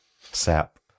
Sap